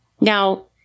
Now